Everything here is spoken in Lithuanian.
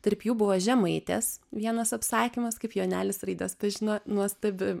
tarp jų buvo žemaitės vienas apsakymas kaip jonelis raides pažino nuostabi